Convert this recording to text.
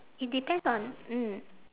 it depends on mm